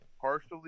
Partially